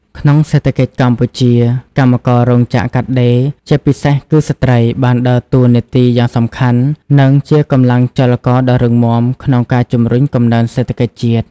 ក្នុងសេដ្ឋកិច្ចកម្ពុជា កម្មកររោងចក្រកាត់ដេរ ជាពិសេសគឺស្ត្រី បានដើរតួនាទីយ៉ាងសំខាន់ និងជាកម្លាំងចលករដ៏រឹងមាំក្នុងការជំរុញកំណើនសេដ្ឋកិច្ចជាតិ។